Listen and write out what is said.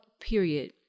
period